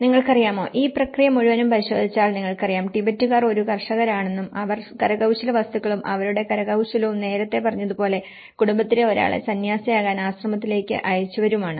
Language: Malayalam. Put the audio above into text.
നിങ്ങൾക്കറിയാമോ ഈ പ്രക്രിയ മുഴുവനും പരിശോധിച്ചാൽ നിങ്ങൾക്കറിയാം ടിബറ്റുകാർ ഒരു കർഷകരാണെന്നും അവർ കരകൌശല വസ്തുക്കളും അവരുടെ കരകൌശലവും നേരത്തെ പറഞ്ഞതുപോലെ കുടുംബത്തിലെ ഒരാളെ സന്യാസിയാകാൻ ആശ്രമത്തിലേക്ക് അയച്ചവരുമാണ്